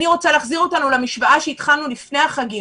אני רוצה להחזיר אותנו למשוואה שהתחלנו לפני החגים: